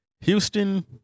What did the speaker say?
Houston